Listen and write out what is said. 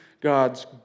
God's